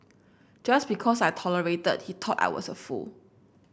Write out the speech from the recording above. just because I tolerated he thought I was a fool